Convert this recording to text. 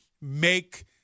make